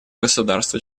государства